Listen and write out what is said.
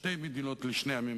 שתי מדינות לשני עמים,